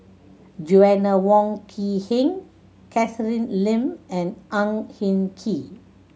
Joanna Wong Quee Heng Catherine Lim and Ang Hin Kee